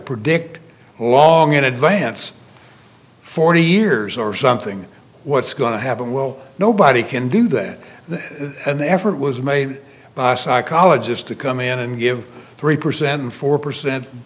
predict long in advance forty years or something what's going to happen well nobody can do that and the effort was made by a psychologist to come in and give three percent and four percent